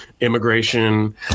immigration